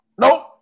nope